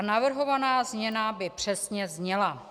Navrhovaná změna by přesně zněla: